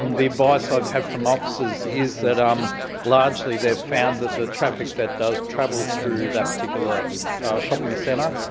um the advice i've had from officers is that um largely they've found that the traffic that does travel through that particular shopping centre